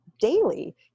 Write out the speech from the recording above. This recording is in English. daily